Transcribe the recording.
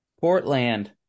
Portland